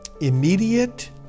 immediate